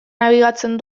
nabigatzen